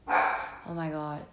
oh my god